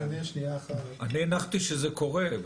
אני הנחתי שזה קורה.